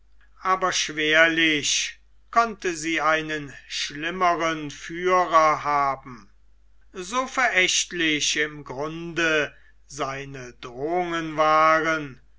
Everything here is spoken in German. aber schwerlich konnte sie einen schlimmern führer haben so verächtlich im grunde seine drohungen waren